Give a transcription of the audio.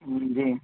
جی